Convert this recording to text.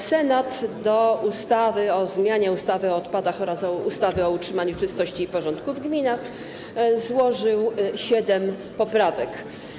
Senat do ustawy o zmianie ustawy o odpadach oraz ustawy o utrzymaniu czystości i porządku w gminach złożył siedem poprawek.